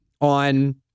on